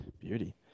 Beauty